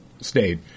stayed